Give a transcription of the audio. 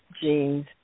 genes